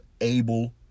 able